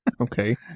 Okay